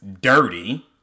dirty